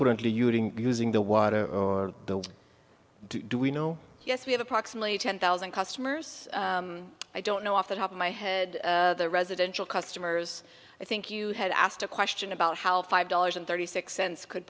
currently using using the water or do we know yes we have approximately ten thousand customers i don't know off the top of my head the residential customers i think you had asked a question about how five dollars and thirty six cents could